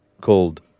called